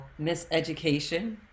miseducation